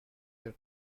your